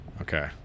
Okay